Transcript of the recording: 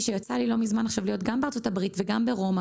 שיצא לי לא מזמן להיות גם בארצות הברית וגם ברומא